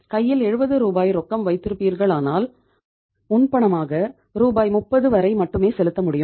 கையில் 70 ரூபாய் ரொக்கம் வைத்திருப்பீர்கள் ஆனால் முன்பணமாக ரூபாய் முப்பது வரை மட்டுமே செலுத்த முடியும்